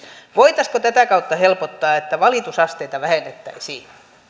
voitaisiinko tätä kautta helpottaa että valitusasteita vähennettäisiin